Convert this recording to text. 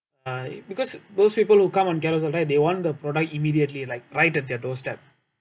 I because most people who come on Carousell right they want the product immediately like right at their doorstep